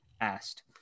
Asked